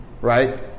Right